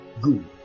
Good